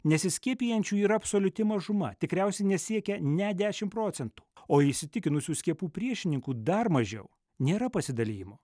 nesiskiepijančių yra absoliuti mažuma tikriausiai nesiekia net dešim procentų o įsitikinusių skiepų priešininkų dar mažiau nėra pasidalijimų